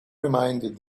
reminded